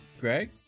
Greg